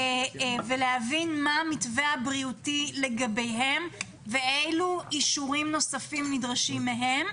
להבין מה המתווה הבריאותי לגביהם ואלו אישורים נוספים נדרשים מהם.